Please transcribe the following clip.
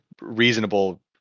reasonable